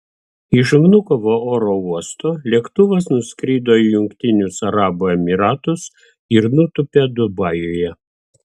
iš vnukovo oro uosto lėktuvas nuskrido į jungtinius arabų emyratus ir nutūpė dubajuje